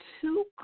two